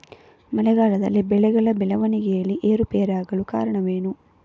ಮಳೆಗಾಲದಲ್ಲಿ ಬೆಳೆಗಳ ಬೆಳವಣಿಗೆಯಲ್ಲಿ ಏರುಪೇರಾಗಲು ಕಾರಣವೇನು?